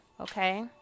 okay